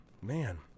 Man